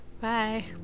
Bye